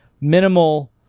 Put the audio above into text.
minimal